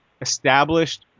established